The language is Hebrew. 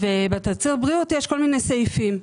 ובתצהיר בריאות יש כל מיני סעיפים.